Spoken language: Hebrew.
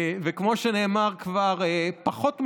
כמו שנאמר כבר: פחות מסכים,